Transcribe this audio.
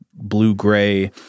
blue-gray